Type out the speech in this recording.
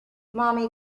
mommy